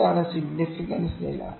ഇതാണ് സിഗ്നിഫിക്കൻസ് നില